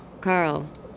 Carl